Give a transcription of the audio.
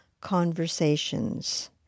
Conversations